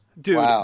Dude